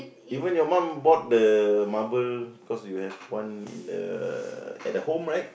even your mum bought the marble because you have one in the at the home right